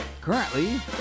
Currently